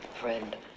friend